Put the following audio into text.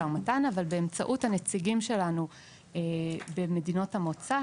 ומתן אבל באמצעות הנציגים שלנו במדינות המוצא,